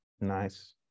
Nice